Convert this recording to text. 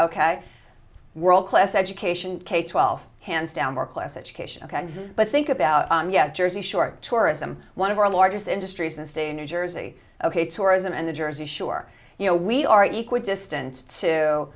ok world class education k twelve hands down more class education but think about yet jersey shore tourism one of our largest industries and stay in new jersey ok tourism and the jersey shore you know we are equal distance to